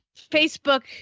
Facebook